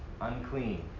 Unclean